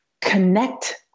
connect